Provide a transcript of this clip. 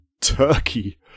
turkey